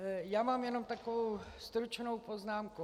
Já mám jen takovou stručnou poznámku.